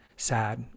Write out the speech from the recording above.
sad